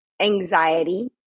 anxiety